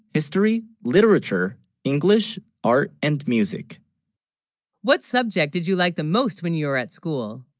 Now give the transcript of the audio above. history literature english art and music what subject, did you like the most when you were at school?